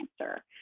cancer